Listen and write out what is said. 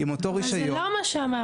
עם אותו רישיון --- אבל זה לא מה שאמרנו.